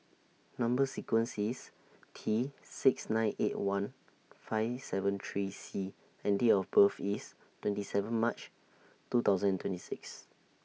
Number sequence IS T six nine eight one five seven three C and Date of birth IS twenty seven March two thousand twenty six